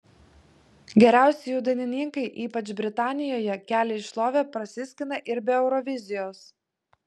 geriausi jų dainininkai ypač britanijoje kelią į šlovę prasiskina ir be eurovizijos